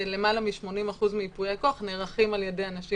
יותר מ-80% מייפויי הכוח נערכים על ידי אנשים